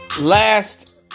last